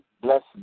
Bless